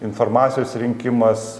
informacijos rinkimas